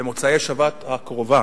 במוצאי שבת הקרובה